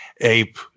Ape